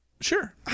Sure